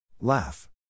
Laugh